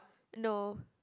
no